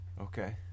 Okay